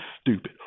stupid